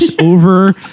over